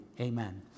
Amen